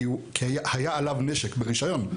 היה עליו נשק ברישיון.